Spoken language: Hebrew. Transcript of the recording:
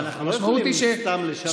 לא, אנחנו לא יכולים סתם לשנות.